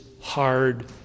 hard